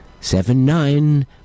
Seven-nine